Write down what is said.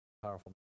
Powerful